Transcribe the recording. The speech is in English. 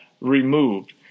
removed